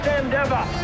endeavor